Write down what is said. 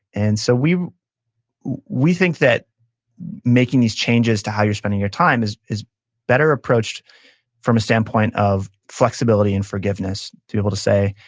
and so we we think that making these changes to how you're spending your time is is better approached from a standpoint of flexibility and forgiveness, to be able to say,